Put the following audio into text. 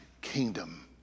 kingdom